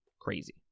Crazy